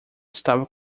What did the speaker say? estava